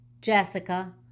Jessica